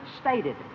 stated